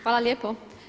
Hvala lijepo.